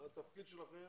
התפקיד שלכם